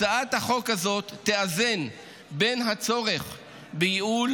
הצעת החוק הזאת תאזן בין הצורך בייעול